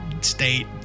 state